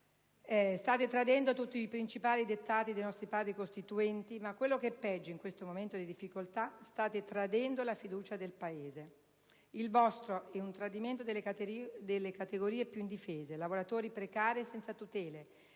State tradendo tutti i principali dettati dei nostri Padri costituenti, ma quel che è peggio, in questo momento di difficoltà, è che state tradendo la fiducia del Paese. Il vostro è un tradimento delle categorie più indifese: i lavoratori precari e senza tutele,